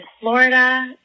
Florida